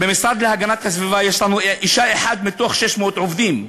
במשרד להגנת הסביבה יש לנו אישה אחת מתוך 600 עובדים.